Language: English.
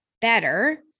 better